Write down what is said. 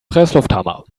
presslufthammer